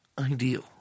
ideal